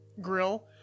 grill